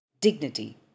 dignity